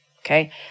okay